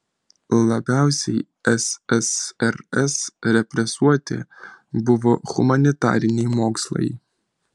labiausiai ssrs represuoti buvo humanitariniai mokslai